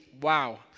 wow